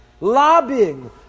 lobbying